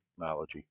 technology